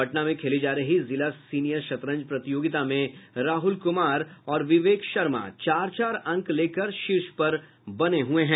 पटना में खेली जा रही जिला सीनियर शतरंज प्रतियोगिता में राहुल कुमार और विवेक शर्मा चार चार अंक लेकर शीर्ष पर बने हुए हैं